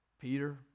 Peter